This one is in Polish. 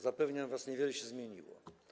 Zapewniam was, niewiele się zmieniło.